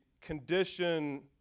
condition